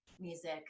music